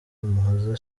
umuhoza